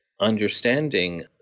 understanding